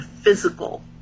physical